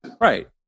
Right